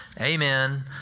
Amen